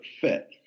fit